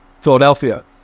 philadelphia